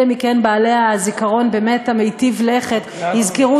אלה מכם בעלי הזיכרון באמת המיטיב-לכת יזכרו